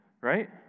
Right